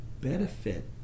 benefit